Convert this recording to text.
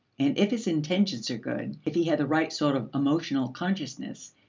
and if his intentions are good, if he had the right sort of emotional consciousness,